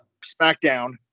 SmackDown